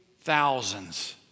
thousands